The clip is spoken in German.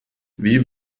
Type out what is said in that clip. wie